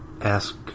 ask